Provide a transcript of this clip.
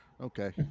Okay